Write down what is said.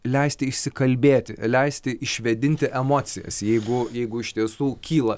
leisti išsikalbėti leisti išvėdinti emocijas jeigu jeigu iš tiesų kyla